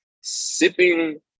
sipping